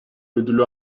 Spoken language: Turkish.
ödülü